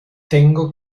tengo